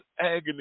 agony